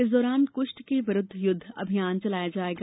इस दौरान कृष्ठ के विरूद्व युद्ध अभियान चलाया जायेगा